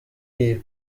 iyi